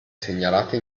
segnalate